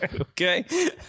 Okay